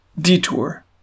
detour